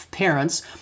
parents